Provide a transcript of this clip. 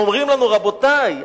אומרים לנו: רבותי,